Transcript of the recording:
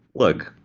look.